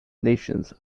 nations